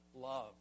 love